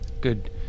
good